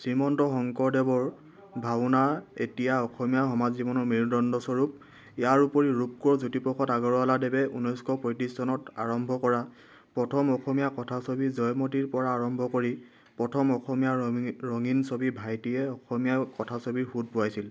শ্ৰীমন্ত শংকৰদেৱৰ ভাওনা এতিয়া অসমীয়া সমাজ জীৱনৰ মেৰুদণ্ডস্বৰূপ ইয়াৰ উপৰি ৰূপকোঁৱৰ জ্যোতিপ্ৰসাদ আগৰৱালাদেৱে ঊনৈছশ পঁয়ত্ৰিছ চনত আৰম্ভ কৰা প্ৰথম অসমীয়া কথাছবি জয়মতীৰ পৰা আৰম্ভ কৰি প্ৰথম অসমীয়া ৰ ৰঙীন ছবি ভাইটিয়ে অসমীয়া কথা ছবিৰ সোঁত বোৱাইছিল